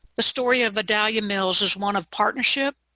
the story of vidalia mills is one of partnership,